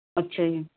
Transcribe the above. ਅੱਛਾ ਜੀ